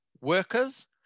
workers